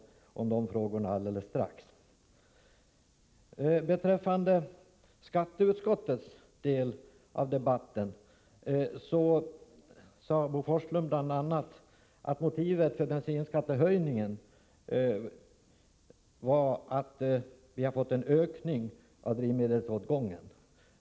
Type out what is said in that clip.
Beträffande den del av debatten som berör skatteutskottets betänkande sade Bo Forslund bl.a. att motivet för bensinskattehöjningen var att vi har fått en ökning av drivmedelsförbrukningen.